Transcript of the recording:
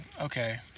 okay